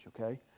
okay